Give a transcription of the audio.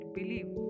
believe